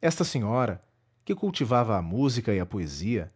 esta senhora que cultivava a música e a poesia